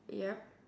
yup